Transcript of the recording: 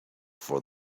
for